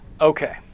Okay